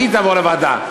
והיא תעבור לוועדה.